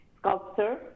sculptor